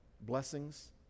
Blessings